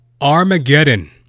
Armageddon